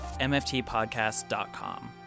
mftpodcast.com